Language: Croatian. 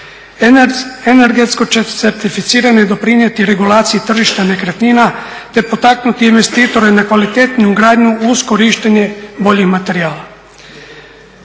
Energetsko će certificiranje doprinijeti regulaciji tržišta nekretnina, te potaknuti investitore na kvalitetniju gradnju uz korištenje boljih materijala.